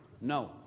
no